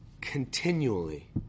Continually